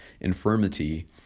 infirmity